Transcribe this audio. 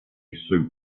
soup